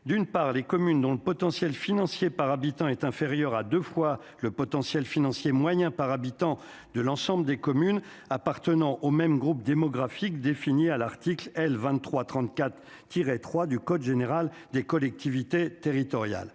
[...] les communes dont le potentiel financier par habitant est inférieur à deux fois le potentiel financier moyen par habitant de l'ensemble des communes appartenant au même groupe démographique, défini à l'article L. 2334-3 du code général des collectivités territoriales